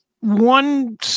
one